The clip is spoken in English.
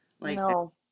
No